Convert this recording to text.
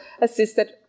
assisted